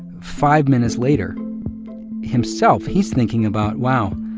five minutes later himself, he's thinking about, wow,